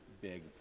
big